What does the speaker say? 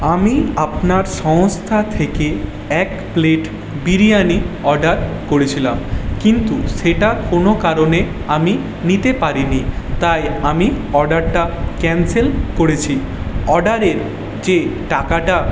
আমি আপনার সংস্থা থেকে এক প্লেট বিরিয়ানি অর্ডার করেছিলাম কিন্তু সেটা কোনও কারণে আমি নিতে পারিনি তাই আমি অর্ডারটা ক্যান্সেল করেছি অর্ডারের যে টাকাটা